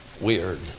weird